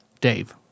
Dave